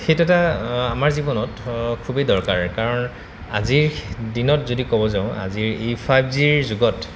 সেইটো এটা আমাৰ জীৱনত খুবেই দৰকাৰ কাৰণ আজিৰ দিনত যদি ক'ব যাওঁ আজিৰ এই ফাইভ জিৰ যুগত